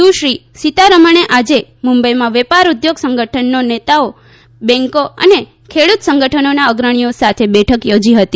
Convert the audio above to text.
સુશ્રી સીતારમણે આજે મુંબઇમાં વેપાર ઉદ્યોગ સંગઠનનો નેતાઓ બેન્કો તથા ખેડૂત સંગઠનોના અગ્રણીઓ સાથે બેઠક યોજી હતી